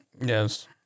Yes